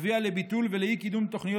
הביאה לביטול ולאי-קידום של תוכניות